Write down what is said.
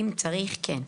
אם צריך, כן.